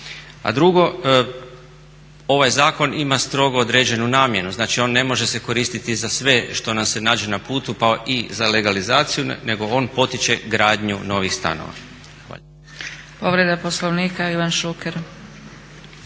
A drugo, ovaj zakon ima strogo određenu namjenu. Znači, on ne može se koristiti za sve što nam se nađe na putu, pa i za legalizaciju, nego on potiče gradnju novih stanova.